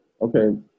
Okay